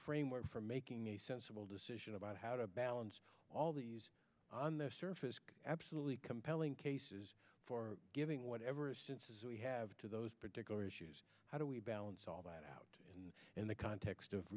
framework for making a sensible decision about how to balance all these on the surface absolutely compelling case for giving whatever we have to those particular issues how do we balance all that out in the context of